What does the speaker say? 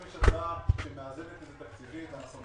אם יש הצעה שמאזנת את זה תקציבית נהיה